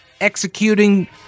executing